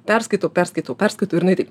perskaitau perskaitau perskaitau ir jinai taip